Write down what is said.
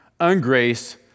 ungrace